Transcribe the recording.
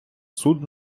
суд